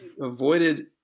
avoided